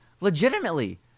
legitimately